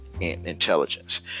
intelligence